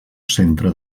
centre